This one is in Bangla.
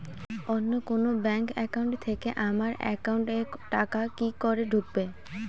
অন্য কোনো ব্যাংক একাউন্ট থেকে আমার একাউন্ট এ টাকা কি করে ঢুকবে?